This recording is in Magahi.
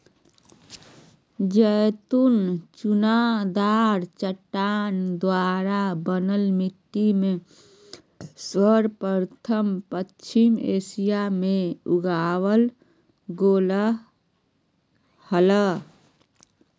जैतून चुनादार चट्टान द्वारा बनल मिट्टी में सर्वप्रथम पश्चिम एशिया मे उगावल गेल हल